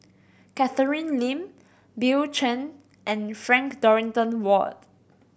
Catherine Lim Bill Chen and Frank Dorrington Ward